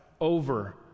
over